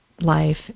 life